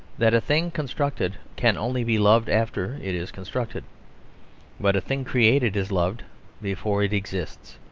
that a thing constructed can only be loved after it is constructed but a thing created is loved before it exists,